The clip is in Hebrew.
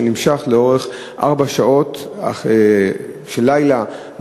שנמשך ארבע שעות מעייפות של לילה.